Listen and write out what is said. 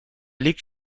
liegt